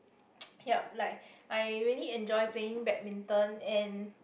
yup like I really enjoy playing badminton and